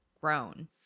grown